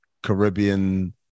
Caribbean